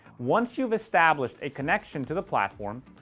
once you've established a connection to the platform,